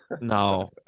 No